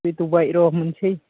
गोदौबाय र' मोनसै